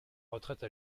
retraite